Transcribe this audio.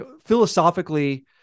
philosophically